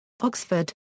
Oxford